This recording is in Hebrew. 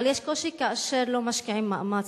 אבל יש קושי כאשר לא משקיעים מאמץ.